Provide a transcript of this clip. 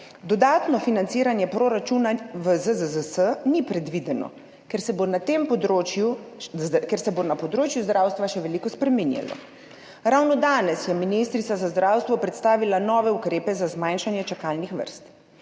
dodatno financiranje iz proračuna v ZZZS ni predvideno, ker se bo na področju zdravstva še veliko spreminjalo. Ravno danes je ministrica za zdravstvo predstavila nove ukrepe za zmanjšanje čakalnih vrst.